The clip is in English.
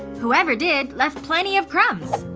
whoever did, left plenty of crumbs.